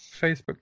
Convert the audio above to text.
Facebook